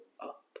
up